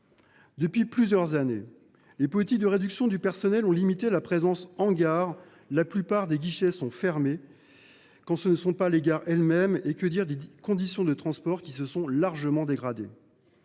Depuis plusieurs années, les politiques de réduction du personnel ont limité la présence en gare : la plupart des guichets sont fermés, quand ce ne sont pas les gares elles mêmes… Et que dire des conditions de transport, qui se sont largement dégradées.